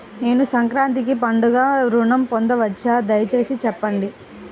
నేను సంక్రాంతికి పండుగ ఋణం పొందవచ్చా? దయచేసి చెప్పండి?